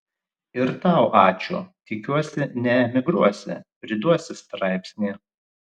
ir tau ačiū tikiuosi neemigruosi priduosi straipsnį